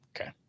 Okay